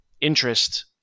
interest